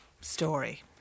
story